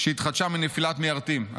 שהתחדשה מנפילת מיירטים,